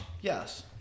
Yes